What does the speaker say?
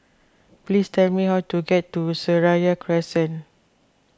please tell me how to get to Seraya Crescent